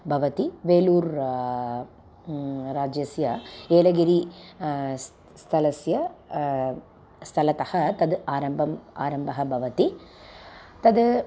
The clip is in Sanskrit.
भवति वेलूर् रा राज्यस्य एलगिरि स् स्थलस्य स्थलतः तद् आरम्भम् आरम्भः भवति तद्